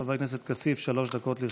חבר הכנסת כסיף, שלוש דקות לרשותך.